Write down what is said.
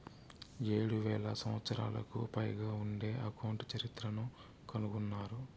ఏడు వేల సంవత్సరాలకు పైగా ఉండే అకౌంట్ చరిత్రను కనుగొన్నారు